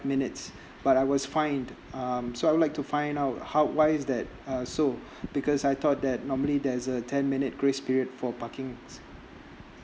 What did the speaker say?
minutes but I was fined um so I would like to find out how why is that uh so because I thought that normally there's a ten minute grace period for parkings